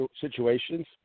situations